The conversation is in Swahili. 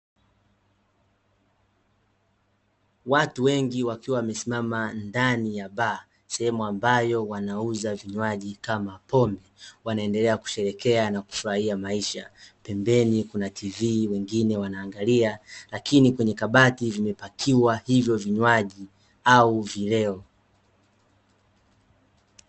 Watu wengi wakiwa wamesimama ndani ya baa, sehemu ambayo wanauza vinywaji, kama; pombe, wanaendelea kusherehekea na kufurahia maisha. Pembeni kuna TV wengine wanaangalia lakini kwenye kabati vimepakiwa hivyo vinywaji au vileo.